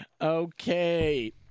Okay